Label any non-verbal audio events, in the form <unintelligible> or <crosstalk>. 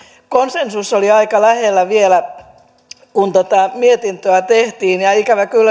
konsensus oli aika lähellä vielä kun tätä mietintöä tehtiin ja ikävä kyllä <unintelligible>